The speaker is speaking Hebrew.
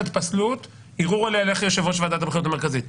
ילך ליושב-ראש ועדת הבחירות המרכזית?